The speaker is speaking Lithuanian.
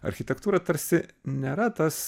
architektūra tarsi nėra tas